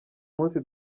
munsi